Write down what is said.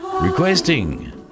requesting